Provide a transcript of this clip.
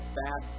bad